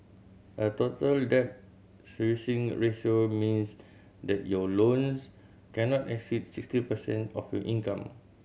a Total Debt Servicing Ratio means that your loans cannot exceed sixty percent of your income